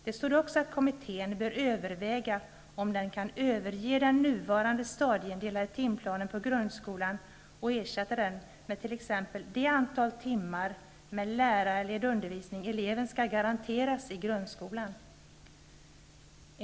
Det stod också att kommittén bör överväga om den kan överge den nuvarande stadieindelade timplanen på grundskolan och ersätta den med t.ex. det antal timmar med lärarledd undervisning som eleven skall garanteras i grundskolan.